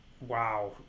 Wow